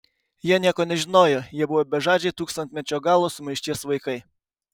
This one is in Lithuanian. jie nieko nežinojo jie buvo bežadžiai tūkstantmečio galo sumaišties vaikai